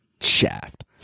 Shaft